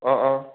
অঁ অঁ